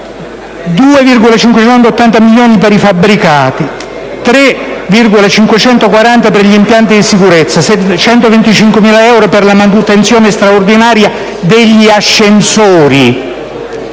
2,58 milioni di euro per i fabbricati, 3,54 milioni per gli impianti di sicurezza e 625.000 euro per la manutenzione straordinaria degli ascensori